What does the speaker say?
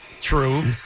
True